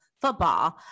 football